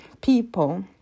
people